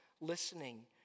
listening